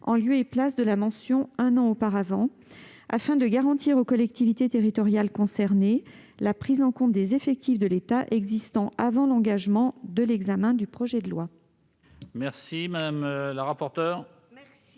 en lieu et place de la mention « un an auparavant », afin de garantir aux collectivités territoriales concernées la prise en compte des effectifs de l'État existant avant l'engagement de l'examen du projet de loi.